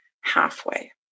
halfway